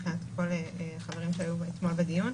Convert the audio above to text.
מבחינת כל החברים שהיו אתמול בדיון.